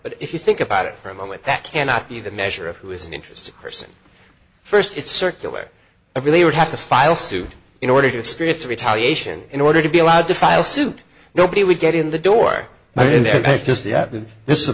but if you think about it for a moment that cannot be the measure of who is an interesting person first it's circular i really would have to file suit in order to experience retaliation in order to be allowed to file suit nobody would get in the door i